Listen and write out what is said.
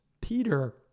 Peter